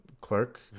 clerk